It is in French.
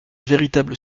véritable